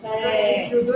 correct